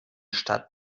stadt